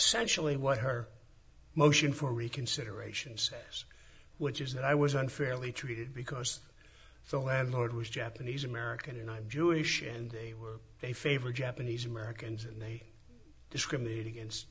in what her motion for reconsideration says which is that i was unfairly treated because so landlord was japanese american and i'm jewish and they were they favor japanese americans and they discriminate against